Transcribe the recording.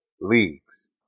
leagues